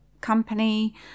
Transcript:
company